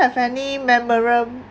any